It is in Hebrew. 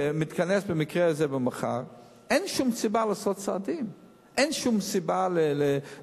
שמתכנסים במקרה זה מחר, אין שום סיבה לעשות צעדים.